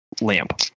lamp